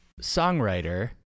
songwriter